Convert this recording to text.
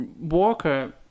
Walker